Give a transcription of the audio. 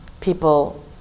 people